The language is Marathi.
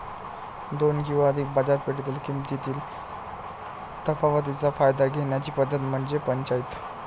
दोन किंवा अधिक बाजारपेठेतील किमतीतील तफावतीचा फायदा घेण्याची पद्धत म्हणजे पंचाईत